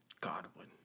Godwin